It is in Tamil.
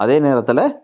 அதே நேரத்தில்